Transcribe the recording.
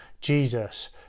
Jesus